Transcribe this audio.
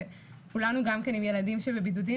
כולנו עם ילדים בבידוד.